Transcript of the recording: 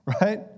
Right